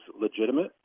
legitimate